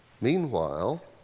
Meanwhile